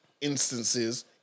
instances